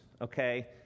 okay